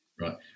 Right